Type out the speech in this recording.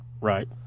Right